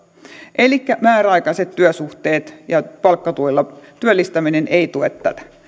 elikkä määräaikaiset työsuhteet ja palkkatuella työllistäminen eivät tue tätä